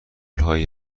هایی